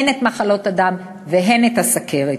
הן במחלות דם והן בסוכרת.